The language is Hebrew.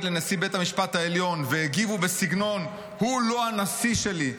לנשיא בית המשפט העליון בסגנון: הוא לא הנשיא שלי,